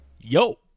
yo